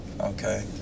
Okay